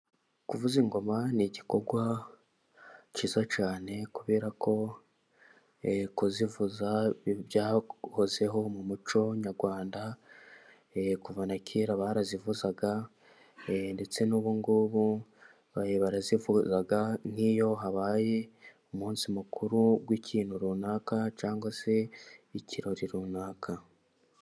Kuvuza ingoma ni igikorwa cyiza cyane, kubera ko kuzivuza byahozeho mu muco nyarwanda. Kuva na kera barazivuzaga, ndetse n'ubu ngubu barazivuza. Nk'iyo habaye umunsi mukuru w'ikintu runaka, cyangwa se ikirori runaka.